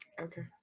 okay